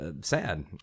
sad